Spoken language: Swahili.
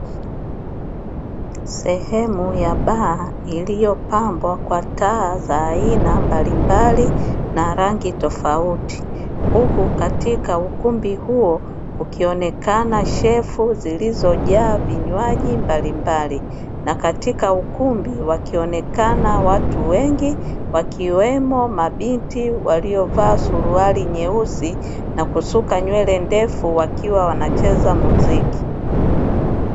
Sehemu ya baa ililio pambwa kwa taa za aina mbalimbali na rangi tofauti, huku katika ukumbi huo kukionekana shelfu zilizojaa vinywaji mbalimbali na katika ukumbi wakionekana watu wengi wakiwemo mabinti waliovaa suruali nyeusi na kusuka nywele ndefu wakiwa wanacheza muziki.